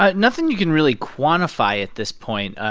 ah nothing you can really quantify at this point.